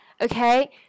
Okay